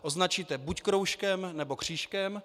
Označíte buď kroužkem nebo křížkem.